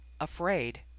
afraid